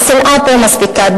והשנאה פה מספיקה,